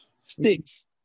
Sticks